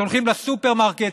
שהולכים לסופרמרקט,